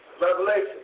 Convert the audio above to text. Revelation